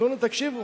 תקשיבו.